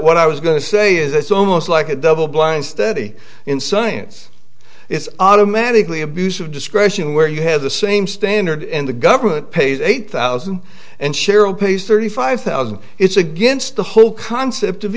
what i was going to say is it's almost like a double blind study in science it's automatically abuse of discretion where you have the same standard in the government pays eight thousand and cheryl piece thirty five thousand it's against the whole concept of